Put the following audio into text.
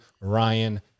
Ryan